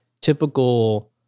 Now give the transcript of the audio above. typical